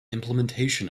implementation